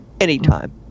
anytime